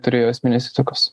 turėjo esminės įtakos